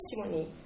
testimony